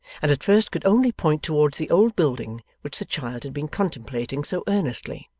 and at first could only point towards the old building which the child had been contemplating so earnestly.